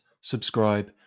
subscribe